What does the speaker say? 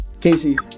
Casey